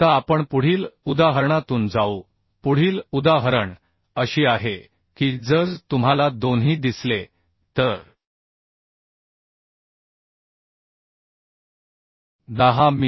आता आपण पुढील उदाहरणातून जाऊ पुढील उदाहरण अशी आहे की जर तुम्हाला दोन्ही दिसले तर 10 मि